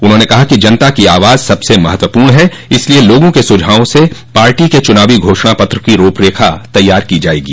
उन्होंने कहा कि जनता की आवाज सबसे महत्वपूर्ण है इसलिए लोगों के सुझावों से पार्टी के चुनावी घोषणा पत्र की रूपरेखा तैयार की जायेगी